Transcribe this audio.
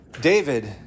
David